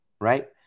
right